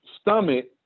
stomach